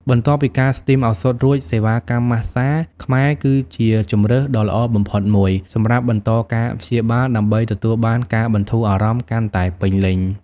បន្ទាប់ពីការស្ទីមឱសថរួច សេវាកម្មម៉ាស្សាខ្មែរគឺជាជម្រើសដ៏ល្អបំផុតមួយសម្រាប់បន្តការព្យាបាល ដើម្បីទទួលបានការបន្ធូរអារម្មណ៍កាន់តែពេញលេញ។